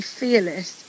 fearless